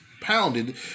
pounded